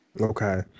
okay